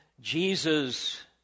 Jesus